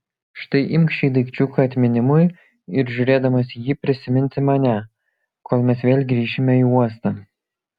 štai imk šį daikčiuką atminimui ir žiūrėdamas į jį prisiminsi mane kol mes vėl grįšime į uostą